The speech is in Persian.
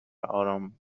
آرامشبخش